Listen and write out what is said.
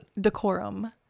Decorum